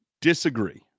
disagree